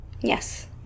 Yes